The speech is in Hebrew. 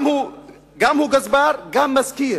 הוא גזבר וגם מזכיר,